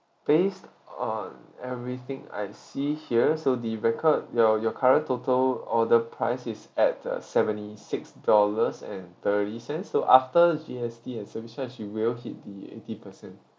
based on everything I see here so the record your your current total order price is at uh seventy six dollars and thirty cents so after G_S_T and service charge you will hit the eighty percent